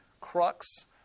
crux